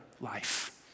life